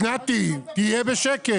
תהיה בשקט.